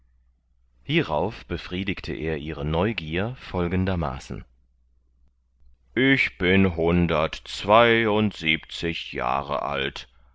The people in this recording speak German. hierauf befriedigte er ihre neugier folgendermaßen ich bin hundertundsiebzig jahre alt